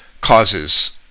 causes